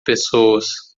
pessoas